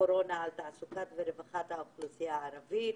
הקורונה על תעסוקת ורווחת האוכלוסייה הערבית.